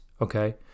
okay